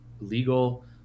legal